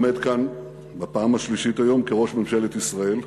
עומד כאן בפעם השלישית היום כראש ממשלת ישראל.